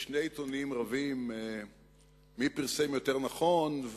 שבו שני עיתונים רבים מי פרסם יותר נכון.